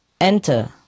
enter